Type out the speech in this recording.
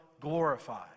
glorified